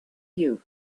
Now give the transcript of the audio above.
you